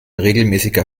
regelmäßiger